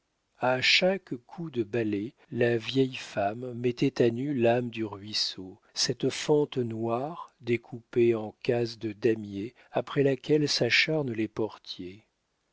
a chaque coup de balai la vieille femme mettait à nu l'âme du ruisseau cette fente noire découpée en cases de damier après laquelle s'acharnent les portiers